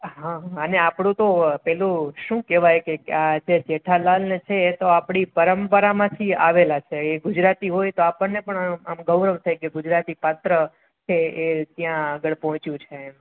હા અને આપણું તો પેલું શું કહેવાય આ જે જેઠાલાલ ને છે એ તો આપણી પરંપરામાંથી આવેલા છે એ ગુજરાતી હોય તો આપણને પણ આમ ગૌરવ થાય કે ગુજરાતી પાત્ર છે એ ત્યાં આગળ પહોંચ્યું છે એમ